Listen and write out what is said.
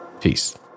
Peace